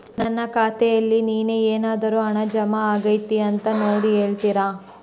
ನನ್ನ ಖಾತೆಯಲ್ಲಿ ನಿನ್ನೆ ಏನಾದರೂ ಹಣ ಜಮಾ ಆಗೈತಾ ಅಂತ ನೋಡಿ ಹೇಳ್ತೇರಾ?